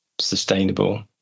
sustainable